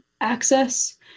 access